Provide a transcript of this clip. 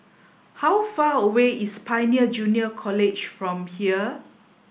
how far away is Pioneer Junior College from here